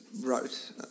wrote